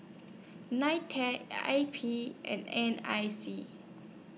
NITEC I P and N I C